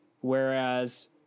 whereas